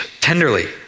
tenderly